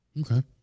Okay